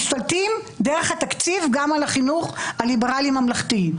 משתלטים דרך התקציב גם על החינוך הליברלי ממלכתי.